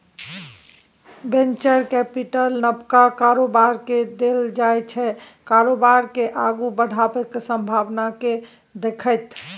venture capital नबका कारोबारकेँ देल जाइ छै कारोबार केँ आगु बढ़बाक संभाबना केँ देखैत